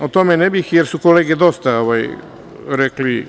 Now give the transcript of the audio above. O tome ne bih, jer su kolege dosta rekli.